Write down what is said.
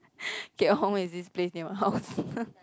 Keat-Hong is this place near my house